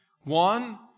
One